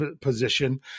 position